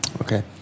Okay